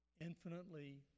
Infinitely